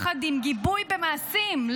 יחד עם גיבוי במעשים,